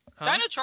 Dino